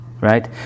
right